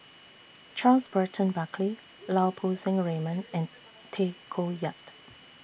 Charles Burton Buckley Lau Poo Seng Raymond and Tay Koh Yat